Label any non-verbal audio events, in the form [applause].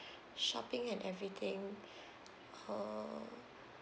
shopping and everything [breath] uh